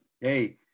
hey